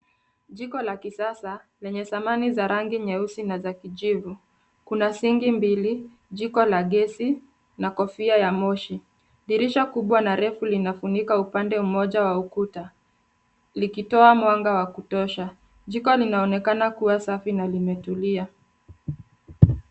Jiko la kisasa lenye thamani za rangi nyeusi na za kijivu, kuna sinki mbili ,jiko la gesi na kofia ya moshi ,dirisha kubwa na refu linafunika upande mmoja wa ukuta likitoa mwanga wa kutosha, jikoni inaonekana kuwa safi na limetulia.